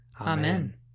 Amen